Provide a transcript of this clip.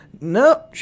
No